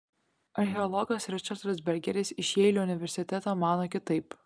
archeologas ričardas bergeris iš jeilio universiteto mano kitaip